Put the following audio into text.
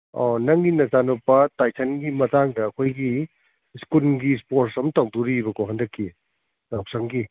ꯑꯣ ꯅꯪꯒꯤ ꯅꯆꯥꯅꯨꯄꯥ ꯇꯥꯏꯁꯟꯒꯤ ꯃꯇꯥꯡꯗ ꯑꯩꯈꯣꯏꯒꯤ ꯏꯁꯀꯨꯜꯒꯤ ꯏꯁꯄꯣꯔ꯭ꯠꯁ ꯑꯃ ꯇꯧꯗꯣꯔꯤꯕꯀꯣ ꯍꯟꯗꯛꯀꯤ ꯌꯥꯎꯁꯪꯒꯤ